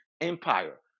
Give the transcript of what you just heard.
Empire